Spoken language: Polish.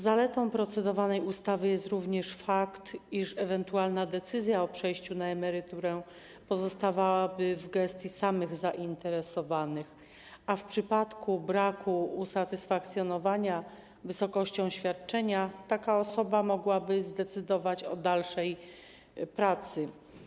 Zaletą procedowanej ustawy jest również fakt, iż ewentualna decyzja o przejściu na emeryturę pozostawałaby w gestii samych zainteresowanych, a w przypadku braku usatysfakcjonowania wysokością świadczenia taka osoba mogłaby zdecydować o dalszej pracy.